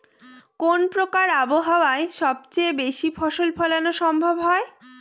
কোন প্রকার আবহাওয়ায় সবচেয়ে বেশি ফসল ফলানো সম্ভব হয়?